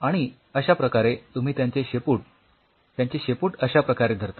आणि अश्याप्रकारे तुम्ही त्यांचे शेपूट त्यांचे शेपूट अश्या प्रकारे धरता